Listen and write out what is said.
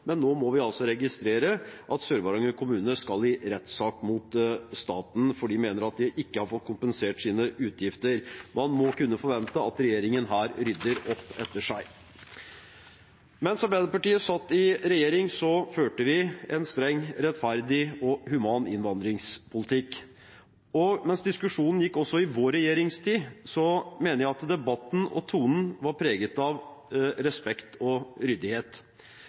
Nå må vi registrere at Sør-Varanger kommune skal i rettssak mot staten, fordi de mener at de ikke har fått kompensert sine utgifter. Man må kunne forvente at regjeringen her rydder opp etter seg. Mens Arbeiderpartiet satt i regjering, førte vi en streng, rettferdig og human innvandringspolitikk. Mens diskusjonen gikk også i vår regjeringstid, mener jeg at debatten og tonen var preget av respekt og ryddighet.